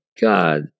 god